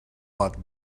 what